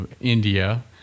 India